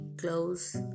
close